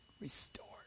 Restored